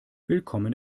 willkommen